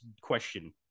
question